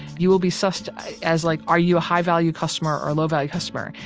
you will be sussed as like are you a high-value customer or low-value customer.